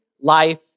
life